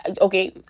okay